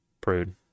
Prude